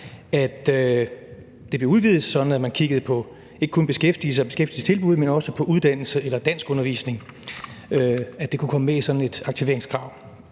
at det blev udvidet, sådan at man ikke kun kiggede på beskæftigelse og beskæftigelsestilbud, men også på uddannelse eller danskundervisning, i forhold til at det kunne komme med i sådan et aktivitetskrav.